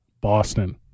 Boston